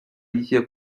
一些